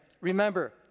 Remember